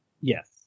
Yes